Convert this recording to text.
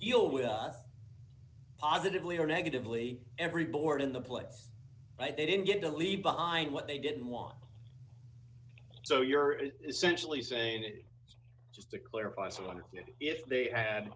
deal with positively or negatively every board in the plates but they didn't get to leave behind what they didn't want so you're essentially saying it just to clarify someone if they had